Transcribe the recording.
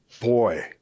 Boy